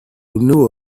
know